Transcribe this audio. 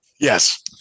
Yes